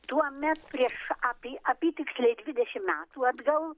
tuomet prieš apy apytiksliai dvidešim metų atgal